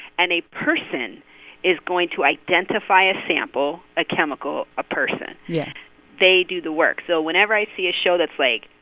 and a person is going to identify a sample, a chemical a person yeah they do the work. so whenever i see a show that's, like,